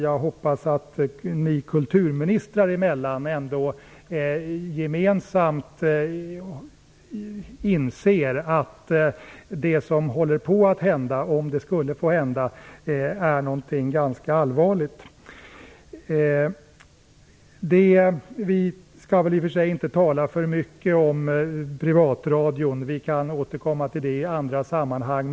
Jag hoppas att ni kulturministrar emellan ändå gemensamt inser att det som håller på att hända - om det skulle få hända - är någonting ganska allvarligt. Vi skall i och för sig inte tala för mycket om privatradion. Vi kan återkomma till den i andra sammanhang.